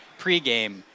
pregame